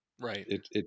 Right